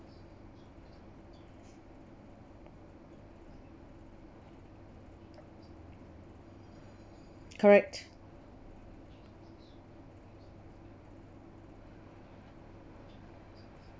correct